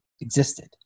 existed